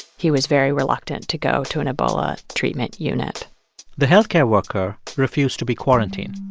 he was very reluctant to go to an ebola treatment unit the health care worker refused to be quarantined.